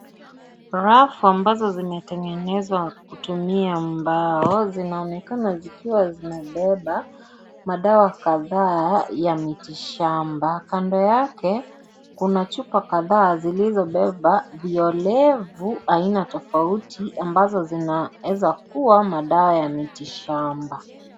Rafu ambazo zimetengenezwa kutumia mbao, zinaonekana zikiwa zinabeba madawa kadhaa ya miti shamba, kando yake kuna chupa kadhaa zilizobeba violefu haina tofauti ambazo zinaeza kuwa madawa ya miti shamba.